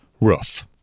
roof